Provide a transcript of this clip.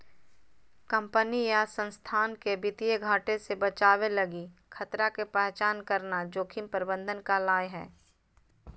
company या संस्थान के वित्तीय घाटे से बचावे लगी खतरा के पहचान करना जोखिम प्रबंधन कहला हय